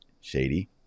shady